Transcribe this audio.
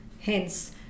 hence